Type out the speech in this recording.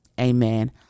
amen